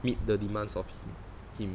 meet the demands of him